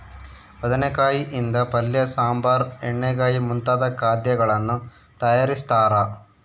ಬದನೆಕಾಯಿ ಯಿಂದ ಪಲ್ಯ ಸಾಂಬಾರ್ ಎಣ್ಣೆಗಾಯಿ ಮುಂತಾದ ಖಾದ್ಯಗಳನ್ನು ತಯಾರಿಸ್ತಾರ